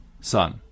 son